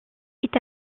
est